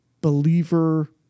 believer